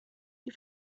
sie